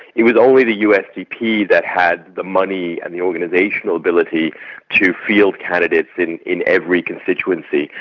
it was only the usdp that had the money and the organisational ability to field candidates in in every constituency.